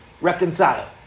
Reconcile